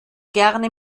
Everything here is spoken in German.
gerne